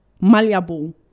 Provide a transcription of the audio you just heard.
malleable